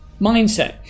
Mindset